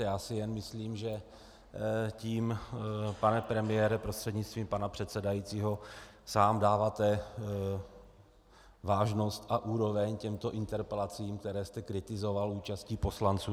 Já si jen myslím, že tím, pane premiére prostřednictvím pana předsedajícího, sám dáváte vážnost a úroveň těmto interpelacím, které jste kritizoval za účast poslanců.